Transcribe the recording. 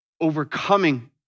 overcoming